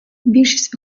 більшість